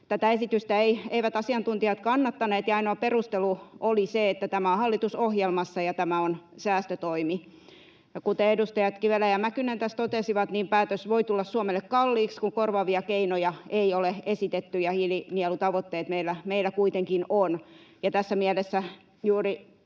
tätä esitystä eivät asiantuntijat kannattaneet, ja ainoa perustelu oli se, että tämä on hallitusohjelmassa ja tämä on säästötoimi. Kuten edustajat Kivelä ja Mäkynen tässä totesivat, niin päätös voi tulla Suomelle kalliiksi, kun korvaavia keinoja ei ole esitetty ja hiilinielutavoitteet meillä kuitenkin on. Tässä mielessä juuri